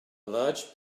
large